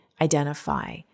identify